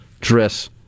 dress